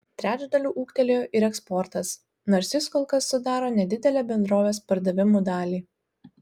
trečdaliu ūgtelėjo ir eksportas nors jis kol kas sudaro nedidelę bendrovės pardavimų dalį